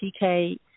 PK